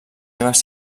seves